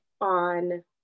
on